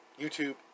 YouTube